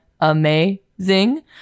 amazing